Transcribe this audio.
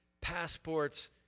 passports